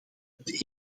het